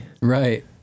Right